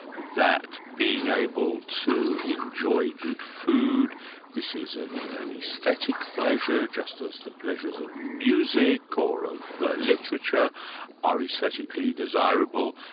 that being able to enjoy good food this is an an aesthetic pleasure, just as the pleasures of music or of literature are aesthetically desirable,